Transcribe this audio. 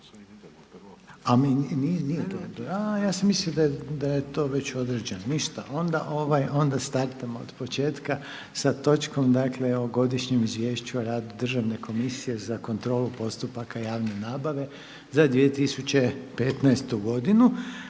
Ja sam mislio da je to već odrađeno. Ništa, onda startamo od početka sa točkom dakle o - Godišnje izvješće o radu Državne komisije za kontrolu postupaka javne nabave za 2015. godinu